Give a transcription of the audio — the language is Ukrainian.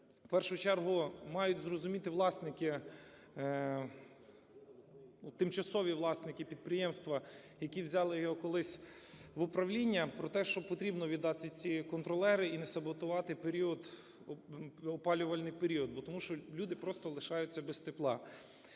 в першу чергу, мають зрозуміти власники, тимчасові власники підприємства, які взяли його колись в управління, про те, що потрібно віддати ці контролери і не саботувати в опалювальний період, тому що люди просто лишаються без тепла.